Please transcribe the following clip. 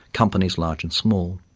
companies large and small.